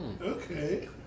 Okay